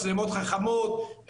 מצלמות חכמות,